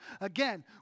Again